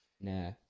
Nah